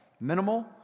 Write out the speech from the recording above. minimal